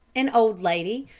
an old lady,